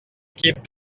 équipe